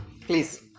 Please